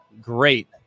great